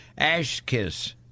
Ashkiss